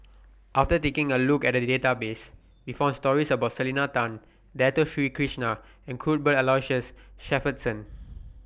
after taking A Look At The Database We found stories about Selena Tan Dato Sri Krishna and Cuthbert Aloysius Shepherdson